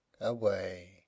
away